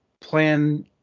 plan